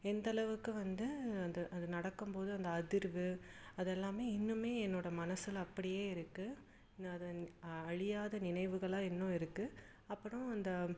எந்தளவுக்கு வந்து அந்த அது நடக்கும்போது அந்த அதிர்வு அதெல்லாமே இன்னுமே என்னோடய மனசில் அப்படியே இருக்குது நான் அதை அழியாத நினைவுகளாக இன்னும் இருக்குது அப்புறம் இந்த